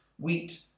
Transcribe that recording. wheat